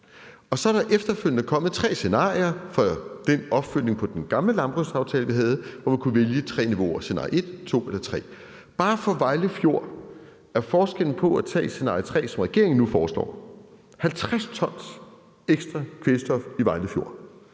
Så er der efterfølgende kommet tre scenarier for den opfølgning på den gamle landbrugsaftale, vi havde, hvor man kunne vælge tre niveauer: scenarie 1, 2 eller 3. Og bare for Vejle Fjord er forskellen på at tage scenarie 3, som regeringen nu foreslår, 50 t ekstra kvælstof i Vejle Fjord,